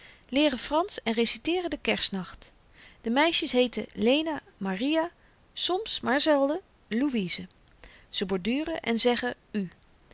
fransch en reciteeren den kerstnacht de meisjes heeten lena maria soms maar zelden louise ze borduren en zeggen u